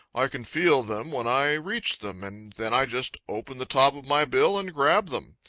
i can feel them when i reach them, and then i just open the top of my bill and grab them.